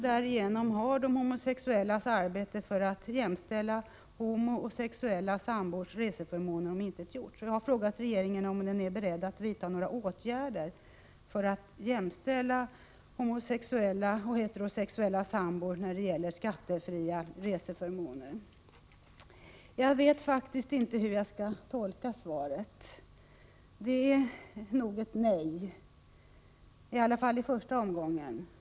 Därigenom har de homosexuellas arbete för att jämställa homooch heterosexuella sambors reseförmåner omintetgjorts. Jag vet faktiskt inte hur jag skall tolka svaret. Det innebär nog ett nej — i alla fall i första omgången.